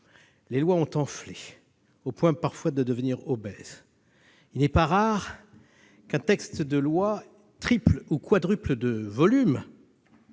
les lois ont enflé au point, parfois, de devenir obèses. Il n'est pas rare qu'un texte de loi triple ou quadruple de volume